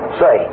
say